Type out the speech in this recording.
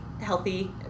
healthy